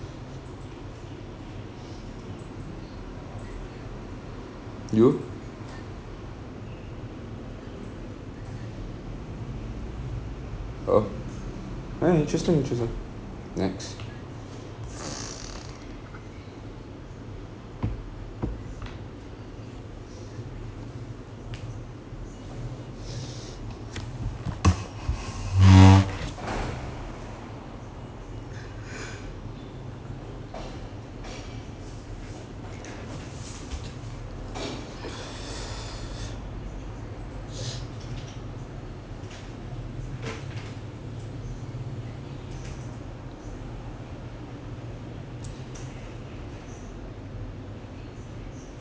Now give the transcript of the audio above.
you oh ah interesting interesting next